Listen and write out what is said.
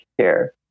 care